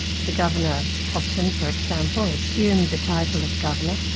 the governor, hobson for example, assumed the title of governor,